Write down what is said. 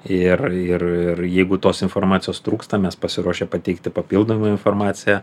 ir ir ir jeigu tos informacijos trūksta mes pasiruošę pateikti papildomą informaciją